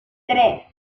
tres